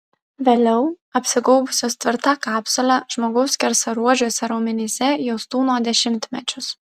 vėliau apsigaubusios tvirta kapsule žmogaus skersaruožiuose raumenyse jos tūno dešimtmečius